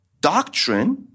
doctrine